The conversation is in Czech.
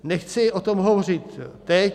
Nechci o tom hovořit teď.